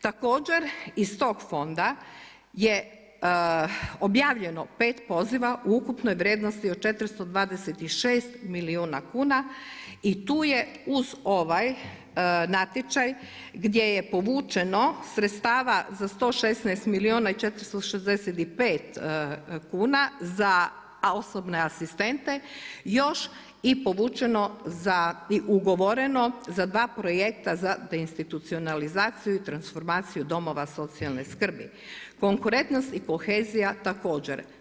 Također iz tog fonda je objavljeno 5 poziva u ukupnoj vrijednosti od 426 milijuna kuna i tu je uz ovaj natječaj gdje je povućeno sredstava za 116 milijuna i 465 kuna za osobne asistente još i povućeno za, i ugovoreno za dva projekta za deinstitucionalizaciju u transformaciju domova socijalne skrbi, konkurentnost i kohezija također.